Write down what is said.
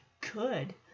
good